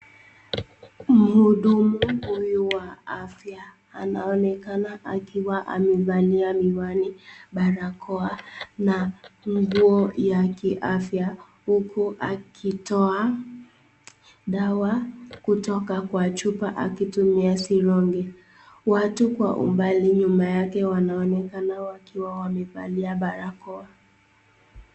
Mhudumu huyu wa afya anaonekana akiwa amevalia miwani, barakoa na nguo ya kiafya huku akitoa dawa kutoka kwa chupa akitumia sirongi. Watu kwa umbali nyuma yake wanaonekana wakiwa wamevalia barakoa.